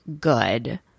good